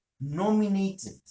nominated